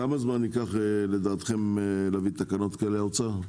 כמה זמן ייקח, לדעתכם, להביא תקנות כאלה, האוצר?